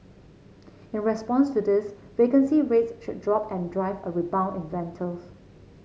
in response to this vacancy rates should drop and drive a rebound in rentals